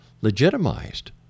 legitimized